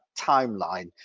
timeline